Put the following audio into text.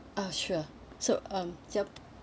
ah sure so um yup